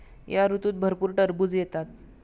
या ऋतूत भरपूर टरबूज येतात